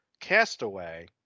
castaway